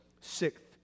sixth